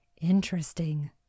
interesting